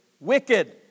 wicked